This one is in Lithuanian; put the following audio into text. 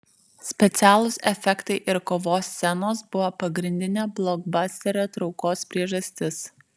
specialūs efektai ir kovos scenos buvo pagrindinė blokbasterio traukos priežastis